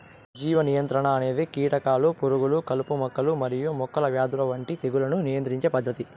జీవ నియంత్రణ అనేది కీటకాలు, పురుగులు, కలుపు మొక్కలు మరియు మొక్కల వ్యాధుల వంటి తెగుళ్లను నియంత్రించే పద్ధతి